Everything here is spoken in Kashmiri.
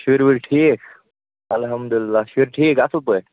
شُرۍ وُرۍ ٹھیٖک الحَمدُالِلّہ شُرۍ ٹھیٖک اَصٕل پٲٹھۍ